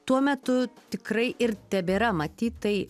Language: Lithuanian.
tuo metu tikrai ir tebėra matyt tai